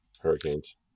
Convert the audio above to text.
Hurricanes